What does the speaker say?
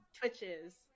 Twitches